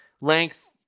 Length